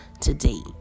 today